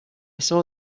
saw